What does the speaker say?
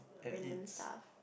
random stuff